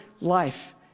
life